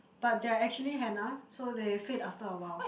but they're actually henna so they fade after awhile